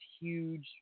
huge